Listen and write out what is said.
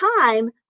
time